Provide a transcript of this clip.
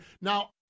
Now